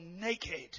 naked